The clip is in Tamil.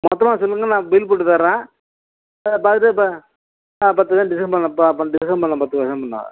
மொத்தமாக சொல்லுங்கள் நான் பில் போட்டுத்தரேன் பாதி இப்போ பத்து பர்ஸன்ட் டிஸ்கவுண்ட் பண்ணலாம் இப்போ டிஸ்கவுண்ட் பண்ணலாம் பத்து பர்ஸன்ட் பண்ணலாம்